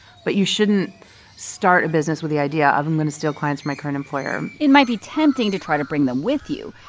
but you shouldn't start a business with the idea of i'm going to steal clients from my current employer it might be tempting to try to bring them with you,